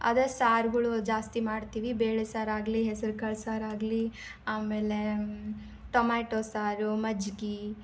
ಅದು ಸಾರ್ಗಳು ಜಾಸ್ತಿ ಮಾಡ್ತೀವಿ ಬೇಳೆ ಸಾರು ಆಗಲಿ ಹೆಸ್ರ್ಕಾಳು ಸಾರು ಆಗಲಿ ಆಮೇಲೆ ಟೊಮ್ಯಾಟೊ ಸಾರು ಮಜ್ಗೆ